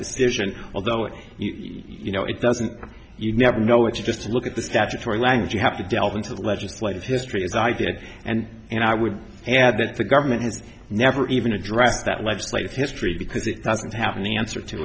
decision although you know it doesn't you never know what you just look at the statutory language you have to delve into the legislative history as i did and and i would add that the government has never even addressed that legislative history because it doesn't happen the answer to